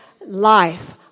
life